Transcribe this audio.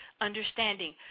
Understanding